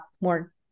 more